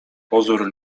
pozór